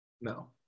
No